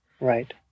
Right